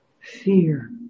fear